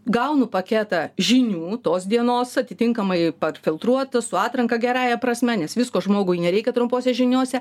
gaunu paketą žinių tos dienos atitinkamai pat filtruota su atranka gerąja prasme nes visko žmogui nereikia trumpose žiniose